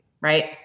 right